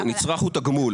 נצרך הוא תגמול.